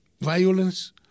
violence